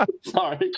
Sorry